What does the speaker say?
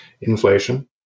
Inflation